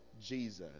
jesus